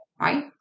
right